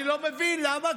אני לא מבין למה,